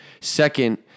Second